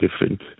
different